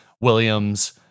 Williams